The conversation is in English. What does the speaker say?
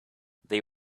they